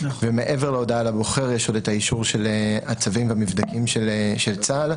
ומעבר להודעה לבוחר יש עוד את האישור של הצווים והמבדקים של צה"ל,